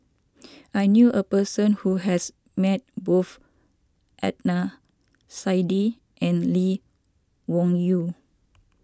I knew a person who has met both Adnan Saidi and Lee Wung Yew